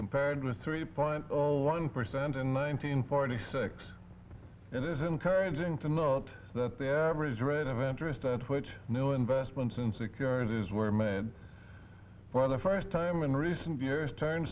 compared with three point one percent in nineteen forty six and it is encouraging to note that the average rate of interest at which new investments in securities were made for the first time in recent years turn